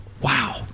wow